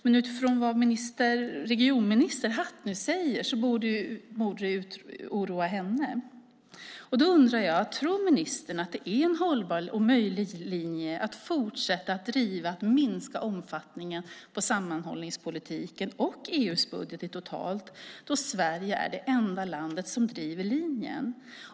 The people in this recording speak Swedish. Men utifrån vad regionminister Hatt här säger borde det oroa henne. Tror ministern att det är en hållbar och möjlig linje att fortsätta att driva frågan om att minska omfattningen av sammanhållningspolitiken och EU:s budget totalt sett då Sverige är det enda landet som driver den linjen?